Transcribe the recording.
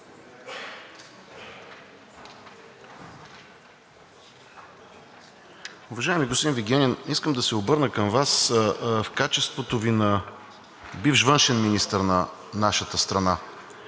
Уважаеми господин Вигенин, искам да се обърна към Вас в качеството Ви на бивш външен министър на нашата страна.